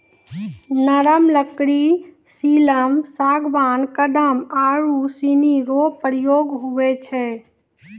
नरम लकड़ी सिमल, सागबान, कदम आरू सनी रो प्रयोग हुवै छै